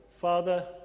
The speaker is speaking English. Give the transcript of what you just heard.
Father